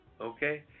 Okay